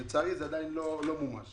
לצערי זה עדיין לא מומש.